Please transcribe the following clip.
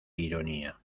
ironía